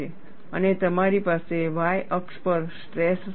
અને તમારી પાસે વાય અક્ષ પર સ્ટ્રેસ સ્તર છે